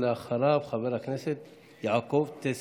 אחריו, חבר הכנסת יעקב טסלר.